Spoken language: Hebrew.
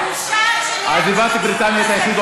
בושה איך שניהלת את הדיון הזה.